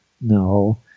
No